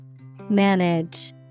Manage